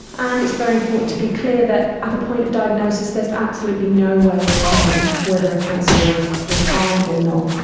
and it's very important to be clear that at the point of diagnosis there is absolutely no way of telling whether a cancer will cause harm or not.